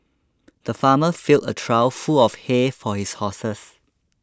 the farmer filled a trough full of hay for his horses